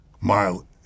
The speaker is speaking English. mile